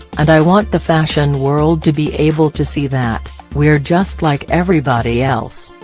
and i want the fashion world to be able to see that we're just like everybody else.